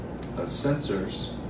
sensors